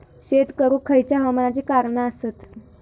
शेत करुक खयच्या हवामानाची कारणा आसत?